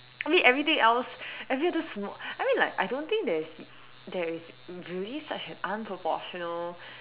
I mean everything else every other small I mean like I don't think there is there is really such an unproportional